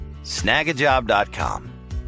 Snagajob.com